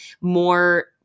more